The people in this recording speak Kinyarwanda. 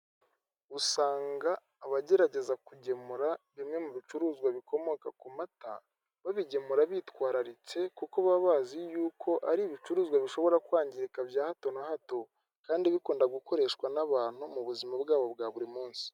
Usanga abagerageza kugemura bimwe mu bicuruzwa bikomoka ku mata, babigemura bitwararitse, kuko baba bazi yuko ari ibicuruzwa bishobora kwangirika bya hato na hato, kandi bikunda gukoreshwa n'abantu mu buzima bwabo bwa buri munsi.